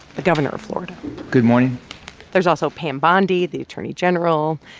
the governor of florida good morning there's also pam bondi, the attorney general,